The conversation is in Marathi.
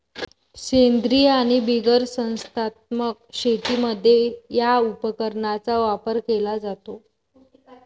सेंद्रीय आणि बिगर संस्थात्मक शेतीमध्ये या उपकरणाचा वापर केला जातो